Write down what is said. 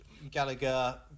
Gallagher